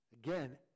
Again